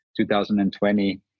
2020